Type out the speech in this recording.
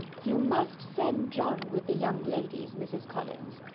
you must send john with the young ladies, mrs. collins.